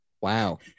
wow